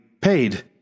paid